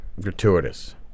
gratuitous